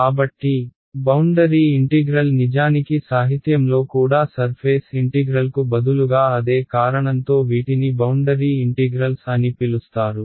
కాబట్టి boundary integral నిజానికి సాహిత్యంలో కూడా సర్ఫేస్ ఇంటిగ్రల్కు బదులుగా అదే కారణంతో వీటిని బౌండరీ ఇంటిగ్రల్స్ అని పిలుస్తారు